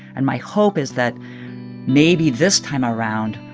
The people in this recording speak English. and my hope is that maybe this time around,